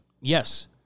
Yes